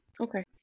Okay